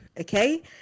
Okay